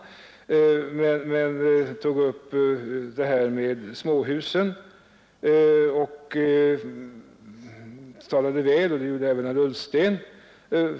Herr Alvar Andersson i Knäred berörde småhusen och 19 april 1972 talade väl för dem; det gjorde även herr Ullsten.